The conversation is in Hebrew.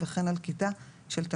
תקנת משנה (א) לא תחול על כיתה ש-70% או